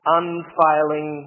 unfailing